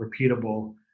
repeatable